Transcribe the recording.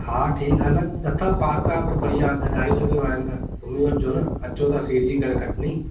हा ठीकु हले अथव पार्क वार्क बढ़िया ॾाढी जॻह वञण लाइ घुमी वठजो न अचो त फ्री थी करे कटनी